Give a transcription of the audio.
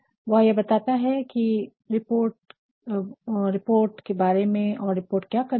वह यह बताता है रिपोर्ट के बारे में हैं और रिपोर्ट क्या करती है